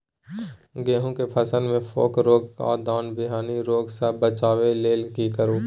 गेहूं के फसल मे फोक रोग आ दाना विहीन रोग सॅ बचबय लेल की करू?